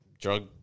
drug